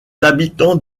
habitants